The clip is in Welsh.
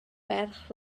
ferch